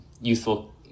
youthful